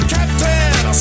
Captain